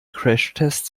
crashtest